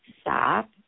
stop